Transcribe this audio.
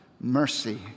mercy